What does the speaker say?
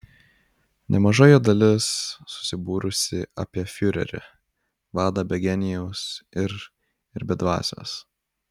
nemaža jo dalis susibūrusi apie fiurerį vadą be genijaus ir ir be dvasios